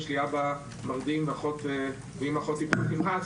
יש לי אבא מרדים ואימא אחות טיפול נמרץ,